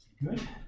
Good